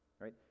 right